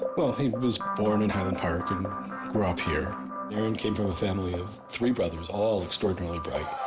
well, he was born in highland park and grew up here aaron came from a family of three brothers all extraordinarly bright